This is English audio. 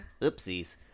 Oopsies